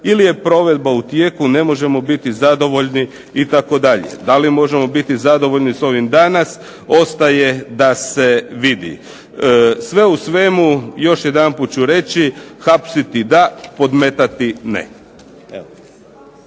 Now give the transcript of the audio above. ili je provedba u tijeku, ne možemo biti zadovoljni itd. Da li možemo biti zadovoljni s ovim danas ostaje da se vidi. Sve u svemu još jedanput ću reći hapsiti da, podmetati ne.